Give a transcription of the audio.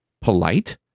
polite